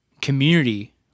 Community